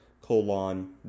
colon